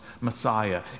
Messiah